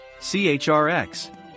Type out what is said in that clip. CHRX